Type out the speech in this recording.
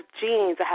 jeans